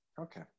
Okay